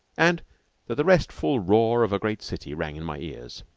and that the restful roar of a great city rang in my ears.